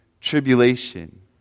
tribulation